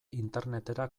internetera